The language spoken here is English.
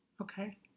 Okay